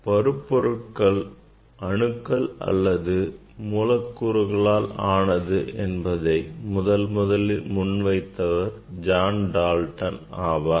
பருப்பொருட்கள் அணுக்கள் அல்லது மூலக்கூறுகளால் ஆனது என்பதை முதலில் முன்வைத்தவர் ஜான் டால்டன் ஆவார்